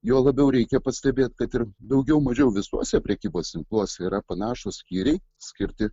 juo labiau reikia pastebėt kad ir daugiau mažiau visuose prekybos tinkluose yra panašūs skyriai skirti